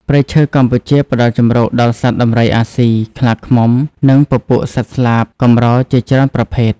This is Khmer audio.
ព្រៃឈើកម្ពុជាផ្តល់ជម្រកដល់សត្វដំរីអាស៊ី ខ្លាឃ្មុំ និងពពួកសត្វស្លាបកម្រជាច្រើនប្រភេទ។